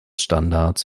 standards